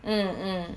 mm mm